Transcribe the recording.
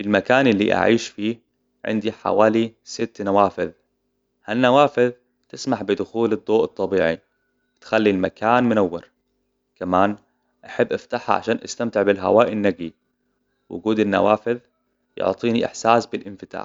في المكان اللي اعيش فيه عندي حوالي ست نوافذ. هالنوافذ تسمح بدخول الضوء الطبيعي تخلي المكان منور كمان أحب افتحها عشان استمتع بالهواء النقي وجود النوافذ يعطيني احساس بالإنفتاح.